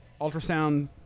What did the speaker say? ultrasound